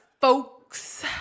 folks